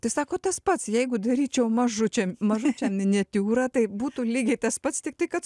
tai sako tas pats jeigu daryčiau mažučiam mažučiam miniatiūrą tai būtų lygiai tas pats tik tai kad